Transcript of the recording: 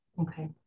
Okay